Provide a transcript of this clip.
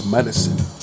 Medicine